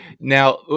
Now